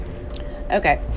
Okay